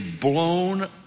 blown